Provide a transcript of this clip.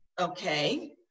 okay